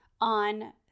on